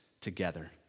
together